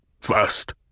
First